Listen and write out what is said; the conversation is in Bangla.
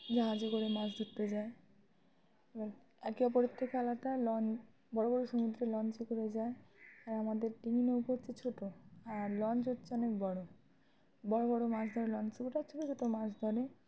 জাহাজে করে মাছ ধরতে যায় এবার একে অপরের থেকে আলাদা লন বড় বড় সমুদ্রে লঞ্চে করে যায় আর আমাদের ডিঙি নৌকো হচ্ছে ছোট আর লঞ্চ হচ্ছে অনেক বড় বড় বড় মাছ ধরে লঞ্চ এটা ছোট ছোট মাছ ধরে